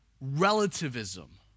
relativism